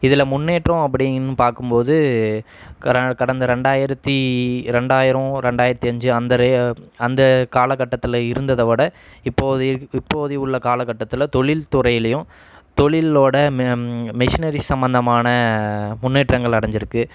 இதில் முன்னேற்றம் அப்படின்னு பார்க்கும்போது கர கடந்த ரெண்டாயிரத்தி ரெண்டாயிரம் ரெண்டாயிரத்தி அஞ்சு அந்த ரே அந்த காலகட்டத்தில் இருந்ததவிட இப்போது இப்போது உள்ள காலகட்டத்தில் தொழில்துறையிலையும் தொழிலோட மெ மெஷினரி சம்மந்தமான முன்னேற்றங்கள் அடஞ்சிருக்குது